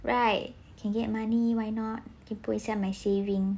right I can get money why not can put inside my savings